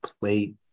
play